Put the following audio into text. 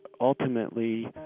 ultimately